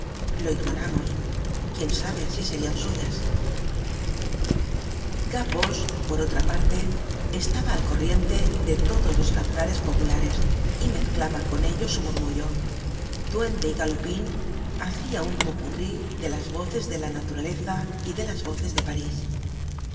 lo ignoramos quién sabe si serian suyas gavroche por otra parte estaba al corriente de todos los cantares populares y mezclaba con ellos su murmullo duende y galopin hacia un pot pourri de las voces de la naturaleza y de las voces de parís